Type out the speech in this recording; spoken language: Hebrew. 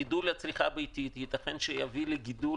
גידול הצריכה הביתית ייתכן שיביא לגידול